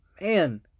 Man